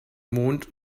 mond